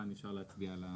אפשר להצביע.